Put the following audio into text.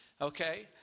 okay